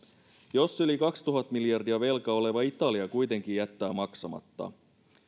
jos yli kaksituhatta miljardia velkaa oleva italia kuitenkin jättää maksamatta